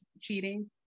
cheating